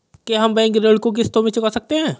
क्या हम बैंक ऋण को किश्तों में चुका सकते हैं?